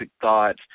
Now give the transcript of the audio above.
thoughts